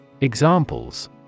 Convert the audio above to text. Examples